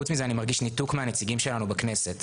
חוץ מזה אני מרגיש ניתוק מהנציגים שלנו בכנסת.